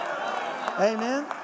Amen